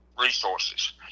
resources